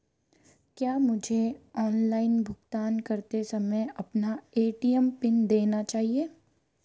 क्या मुझे ऑनलाइन भुगतान करते समय अपना ए.टी.एम पिन देना चाहिए?